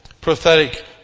prophetic